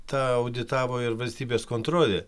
tą auditavo ir valstybės kontrolė